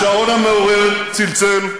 השעון המעורר צלצל,